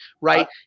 right